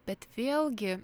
bet vėlgi